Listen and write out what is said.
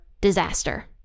disaster